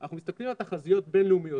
אנחנו מסתכלים על תחזיות בינלאומיות,